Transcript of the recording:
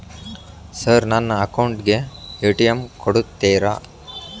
Sir ನನ್ನ account ಗೆ ATM ಕೊಡುತ್ತೇರಾ?